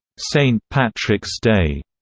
st. patrick's day,